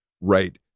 right